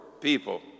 people